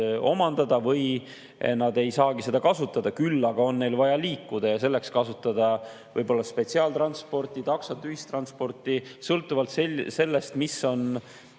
omandada või kes ei saagi seda kasutada, küll aga on neilgi vaja liikuda. Selleks tuleb kasutada spetsiaaltransporti, taksot, ühistransporti, sõltuvalt sellest, mis on